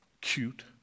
cute